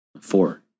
Four